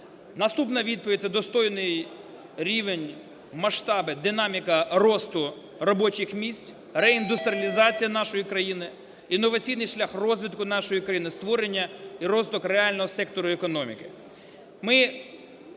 Наступна відповідь. Це достойний рівень, масштаби, динаміка росту робочих місць, реіндустріалізація нашої країни, інноваційний шлях розвитку нашої країни, створення і розвиток реального сектору економіки.